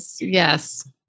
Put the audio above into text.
Yes